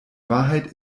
wahrheit